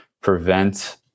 prevent